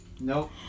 Nope